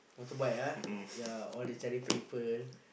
motorbike ah yea all the charity people